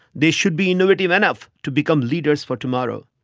they should be innovative enough to become leaders for tomorrow.